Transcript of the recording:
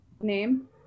name